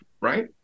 right